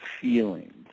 feelings